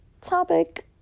Topic